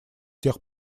тех